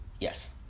Yes